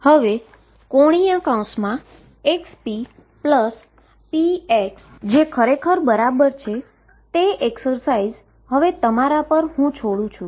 હવે ⟨xppx⟩ જે ખરેખર બરાબર છે તે એક્સરસાઇઝ તમારા પર હુ છોડું છું